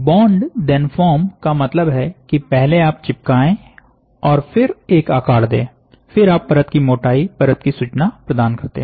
bond then form का मतलब है कि पहले आप चिपकाए और फिर एक आकार दें फिर आप परत की मोटाई परत की सूचना प्रदान करते हैं